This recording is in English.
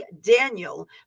Daniel